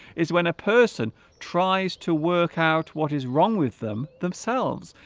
is when a person tries to work out what is wrong with them themselves